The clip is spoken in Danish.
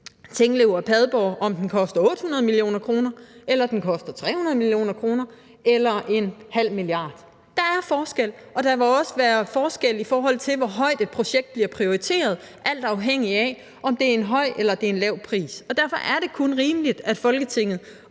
Tinglev og Padborg, koster 800 mio. kr. eller den koster 300 mio. kr. eller 0,5 mia. kr. Der er forskel, og der vil også være forskel, i forhold til hvor højt et projekt bliver prioriteret, alt afhængigt af om det er en høj eller en lav pris. Derfor er det kun rimeligt, at Folketinget